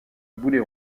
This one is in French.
boulet